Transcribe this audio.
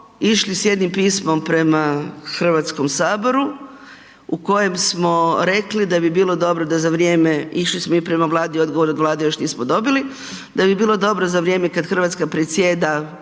išli s jednim pismom prema HS u kojem smo rekli da bi bilo dobro da za vrijeme, išli smo i prema Vladi, odgovor od Vlade još nismo dobili, da bi bilo dobro za vrijeme kad RH predsjeda